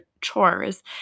chores